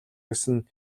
гэсэн